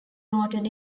noted